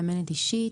מאמנת אישית,